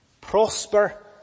prosper